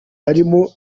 harimo